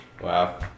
Wow